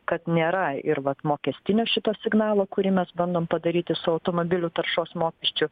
kad nėra ir vat mokestinio šito signalo kurį mes bandom padaryti su automobilių taršos mokesčiu